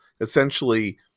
essentially